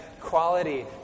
quality